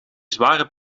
zware